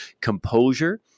composure